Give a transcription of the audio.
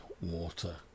water